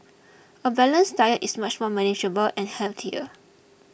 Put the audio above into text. a balanced diet is much more manageable and healthier